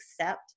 accept